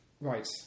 Right